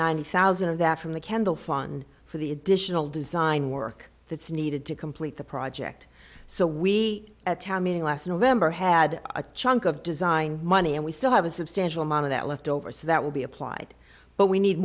ninety thousand of that from the candle fund for the additional design work that's needed to complete the project so we at town meeting last november had a chunk of design money and we still have a substantial amount of that left over so that will be applied but we need